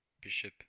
bishop